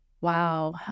Wow